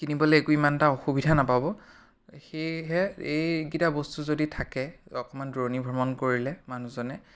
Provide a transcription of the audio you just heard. কিনিবলৈ একো ইমান এটা অসুবিধা নাপাব সেয়েহে এইকেইটা বস্তু যদি থাকে অকণমান দূৰণি ভ্ৰমণ কৰিলে মানুহজনে